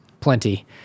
plenty